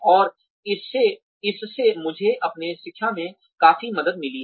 और इससे मुझे अपने शिक्षा में काफी मदद मिली है